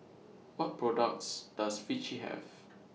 What products Does Vichy Have